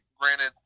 granted